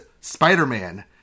Spider-Man